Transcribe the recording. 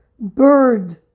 bird